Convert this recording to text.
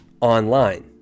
online